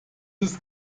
ist